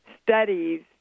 studies